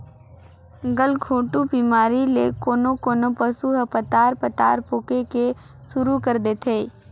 गलघोंटू बेमारी ले कोनों कोनों पसु ह पतार पतार पोके के सुरु कर देथे